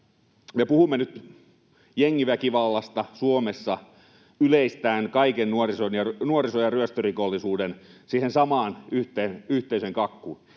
puhumme nyt jengiväkivallasta Suomessa yleistäen kaiken nuoriso- ja ryöstörikollisuuden siihen samaan yhteiseen kakkuun.